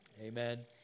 Amen